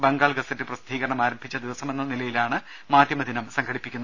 Bengal gazette പ്രസിദ്ധീക രണം ആരംഭിച്ച ദിവസമെന്ന നിലയിലാണ് മാധ്യമദിനം സംഘടിപ്പിക്കുന്നത്